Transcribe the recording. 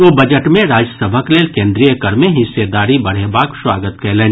ओ budget मे राज्यसभक लेल केन्द्रीय कर मे हिस्सेदारी बढ़ेबाक स्वागत कयलनि